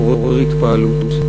מעורר התפעלות.